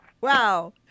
Wow